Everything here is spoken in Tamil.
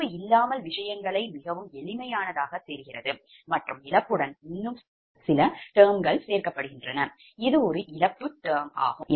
இழப்பு இல்லாமல் விஷயங்கள் மிகவும் எளிமையானதாகத் தெரிகிறது மற்றும் இழப்புடன் இன்னும் சில termகள் சேர்க்கப்படுகின்றன இது ஒரு இழப்பு termமாகும்